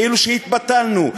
כאילו התבטלנו,